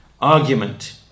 argument